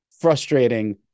frustrating